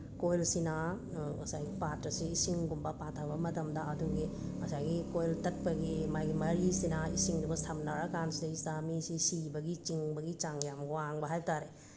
ꯀꯣꯏꯜꯁꯤꯅ ꯉꯁꯥꯏ ꯄꯥꯇ꯭ꯔꯁꯤ ꯏꯁꯤꯡꯒꯨꯝꯕ ꯄꯥꯠꯊꯕ ꯃꯇꯝꯗ ꯑꯗꯨꯒꯤ ꯉꯁꯥꯏꯒꯤ ꯀꯣꯏꯜ ꯇꯠꯄꯒꯤ ꯃꯥꯒꯤ ꯃꯔꯤꯁꯤꯅ ꯏꯁꯤꯡꯗꯨꯒ ꯁꯝꯅꯔꯀꯥꯟꯁꯤꯗꯒꯤꯁꯤꯗ ꯃꯤꯁꯤ ꯁꯤꯕꯒꯤ ꯆꯤꯡꯕꯒꯤ ꯆꯥꯡ ꯌꯥꯝ ꯋꯥꯡꯕ ꯍꯥꯏꯕ ꯇꯥꯔꯦ